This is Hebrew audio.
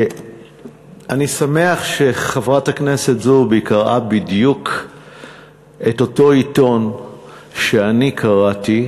אני שמח שחברת הכנסת זועבי קראה בדיוק את אותו עיתון שאני קראתי